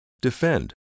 Defend